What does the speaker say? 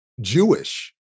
Jewish